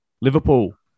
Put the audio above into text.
Liverpool